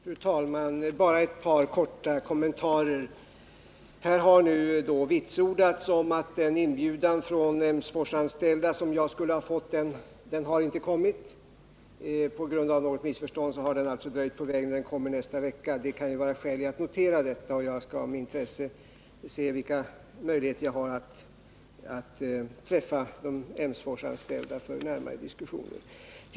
Fru talman! Bara ett par korta kommentarer. Här har nu vitsordats att den inbjudan från Emsforsanställda som jag skulle ha fått inte har kommit — på grund av något missförstånd har den blivit fördröjd på vägen och kommer nästa vecka. Det kan ju vara skäl att notera detta, och jag skall med intresse se vilka möjligheter jag har att träffa de Emsforsanställda för närmare diskussioner.